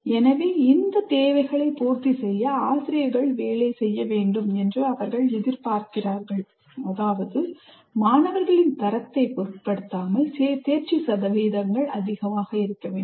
எனவே இந்த தேவைகளைப் பூர்த்தி செய்ய ஆசிரியர்கள் வேலை செய்ய வேண்டும் என்று அவர்கள் எதிர்பார்க்கிறார்கள் அதாவது மாணவர்களின் தரத்தைப் பொருட்படுத்தாமல் தேர்ச்சி சதவீதங்கள் அதிகமாக இருக்க வேண்டும்